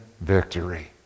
victory